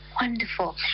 Wonderful